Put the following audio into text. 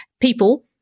people